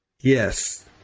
Yes